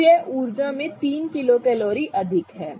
तो यह ऊर्जा में 3 किलो कैलोरी अधिक है